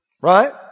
Right